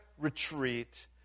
retreat